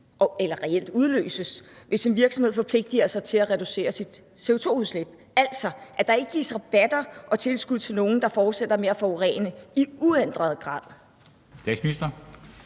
eller reelt udløses, hvis en virksomhed forpligter sig til at reducere sit CO2-udslip – altså at der ikke gives rabatter og tilskud til nogen, der fortsætter med at forurene i uændret grad.